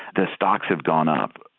the stocks have gone up,